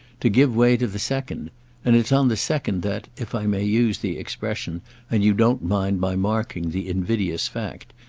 to give way to the second and it's on the second that, if i may use the expression and you don't mind my marking the invidious fact,